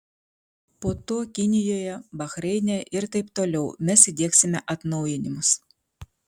po to kinijoje bahreine ir taip toliau mes įdiegsime atnaujinimus